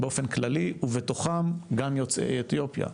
באופן כללי, ובתוכם גם יוצאי אתיופיה.